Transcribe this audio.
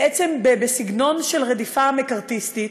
בעצם בסגנון של רדיפה מקארתיסטית.